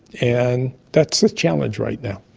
and that's the challenge right now.